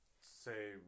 say